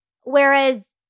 whereas